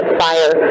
fire